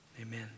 Amen